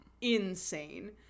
insane